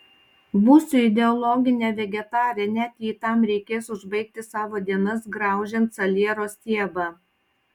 būsiu ideologinė vegetarė net jei tam reikės užbaigti savo dienas graužiant saliero stiebą